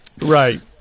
Right